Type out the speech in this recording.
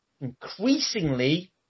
increasingly